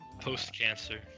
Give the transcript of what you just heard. Post-cancer